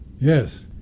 Yes